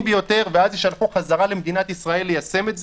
ביותר ואז יישלחו חזרה למדינת ישראל ליישם את זה?